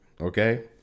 Okay